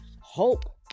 hope